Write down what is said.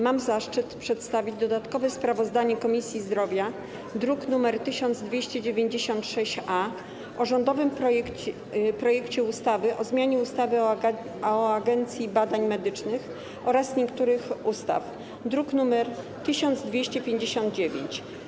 Mam zaszczyt przedstawić dodatkowe sprawozdanie Komisji Zdrowia, druk nr 1296-A, o rządowym projekcie ustawy o zmianie ustawy o Agencji Badań Medycznych oraz niektórych innych ustaw, druk nr 1259.